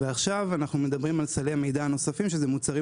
ועכשיו אנחנו מדברים על סלי מידע נוספים שזה מוצרים